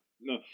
No